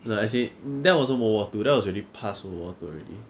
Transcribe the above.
like I say that wasn't world war two that was already pass world war two already